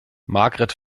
margret